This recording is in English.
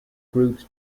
groups